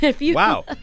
Wow